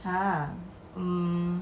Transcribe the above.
!huh! um